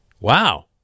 Wow